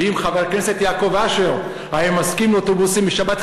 ואם חבר הכנסת יעקב אשר היה מסכים לאוטובוסים בשבת,